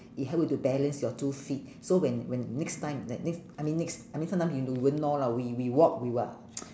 it help you to balance your two feet so when when next time the next I mean next I mean sometime you do won't know lah we we walk we will